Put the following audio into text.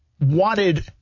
wanted